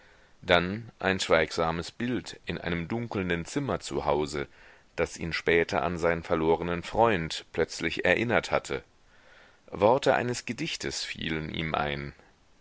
dann ein schweigsames bild in einem dunkelnden zimmer zu hause das ihn später an seinen verlorenen freund plötzlich erinnert hatte worte eines gedichtes fielen ihm ein